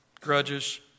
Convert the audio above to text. grudges